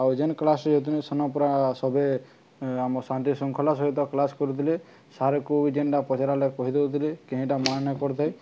ଆଉ ଯେନ୍ କ୍ଲାସ୍ରେ ଯାଉଥିଲେ ସେନ୍ ପୁରା ସବେ ଆମ ଶାନ୍ତି ଶୃଙ୍ଖଳା ସହିତ କ୍ଲାସ୍ କରୁଥିଲେ ସାର୍କୁ ବି ଯେନ୍ଟା ପଚାରାଲେ କହିଦଉଥିଲେ କେଇଁଟା ମନା ନାଇଁ କରୁଥାଇ